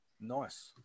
Nice